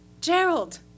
Gerald